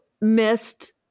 missed